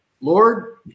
Lord